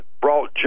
brought